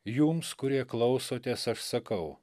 jums kurie klausotės aš sakau